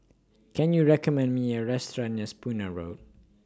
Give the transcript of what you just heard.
Can YOU recommend Me A Restaurant near Spooner Road